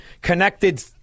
connected